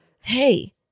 hey